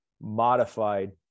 modified